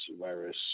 virus